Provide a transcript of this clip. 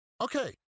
okay